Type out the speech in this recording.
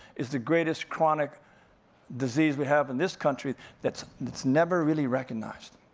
is the greatest chronic disease we have in this country that's that's never really recognized.